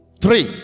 three